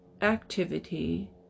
activity